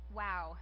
wow